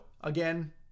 again